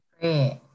Great